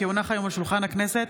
כי הונחו היום על שולחן הכנסת,